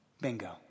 Bingo